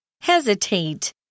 Hesitate